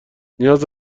نیاز